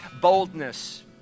boldness